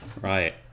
Right